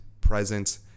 presence